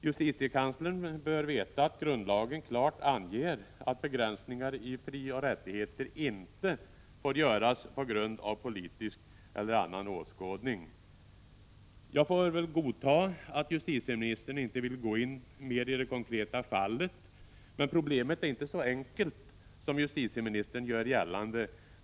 Justitiekanslern bör veta att grundlagen klart anger att begränsningar i frioch rättigheter inte får göras på grund av politisk eller annan åskådning. Jag får väl godta att justitieministern inte vill gå in mer på det konkreta fallet. Men problemet är inte så enkelt som justitieministern gör gällande.